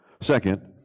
Second